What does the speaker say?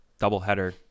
doubleheader